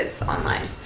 online